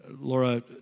Laura